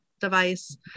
device